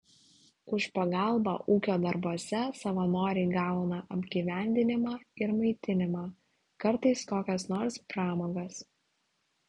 už pagalbą ūkio darbuose savanoriai gauna apgyvendinimą ir maitinimą kartais kokias nors pramogas